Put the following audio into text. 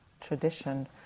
tradition